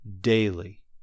daily